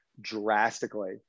drastically